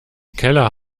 keller